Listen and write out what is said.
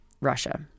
Russia